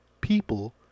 people